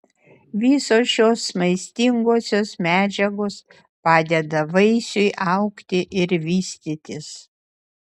visos šios maistingosios medžiagos padeda vaisiui augti ir vystytis